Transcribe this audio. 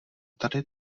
tady